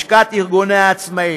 לשכת ארגוני העצמאים.